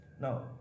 now